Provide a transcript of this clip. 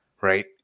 right